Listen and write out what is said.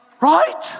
Right